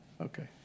okay